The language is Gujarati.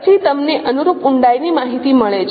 પછી તમને અનુરૂપ ઊંડાઈ ની માહિતી મળે છે